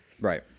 Right